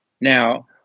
Now